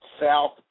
south